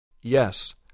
Yes